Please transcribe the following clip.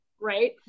right